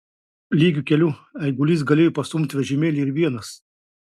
lygiu keliu eigulys galėjo pastumti vežimėlį ir vienas